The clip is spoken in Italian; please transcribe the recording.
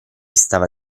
stava